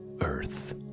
earth